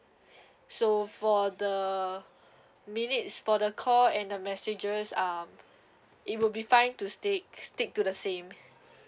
so for the minutes for the call and the messages um it would be fine to stick stick to the same